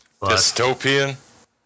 Dystopian